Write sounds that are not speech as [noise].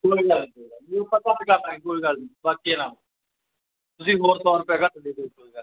ਕੋਈ ਗੱਲ ਨਹੀਂ ਕੋਈ ਗੱਲ ਨਹੀਂ [unintelligible] ਕੋਈ ਗੱਲ ਨਹੀਂ ਬਾਕੀਆਂ ਨਾਲੋਂ ਤੁਸੀਂ ਹੋਰ ਸੌ ਰੁਪਏ ਘੱਟ ਦੇ ਦਿਓ ਕੋਈ ਗੱਲ ਨਹੀਂ